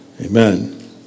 Amen